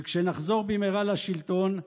שכשנחזור במהרה לשלטון,